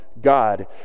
God